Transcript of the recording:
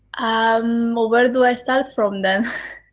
um where do i start from then?